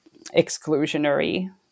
exclusionary